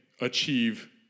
achieve